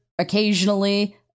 occasionally